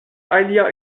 alia